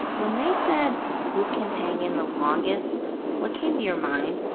when they said who can hang in the longest what came to your mind?